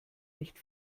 nicht